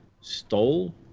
stole